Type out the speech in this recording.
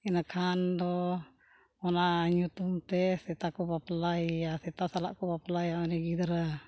ᱤᱱᱟᱹ ᱠᱷᱟᱱ ᱫᱚ ᱚᱱᱟ ᱧᱩᱛᱩᱢ ᱛᱮ ᱥᱮᱛᱟ ᱠᱚ ᱵᱟᱯᱞᱟᱭᱮᱭᱟ ᱥᱮᱛᱟ ᱥᱟᱞᱟᱜ ᱠᱚ ᱵᱟᱯᱞᱟᱭᱮᱭᱟ ᱩᱱᱤ ᱜᱤᱫᱽᱨᱟᱹ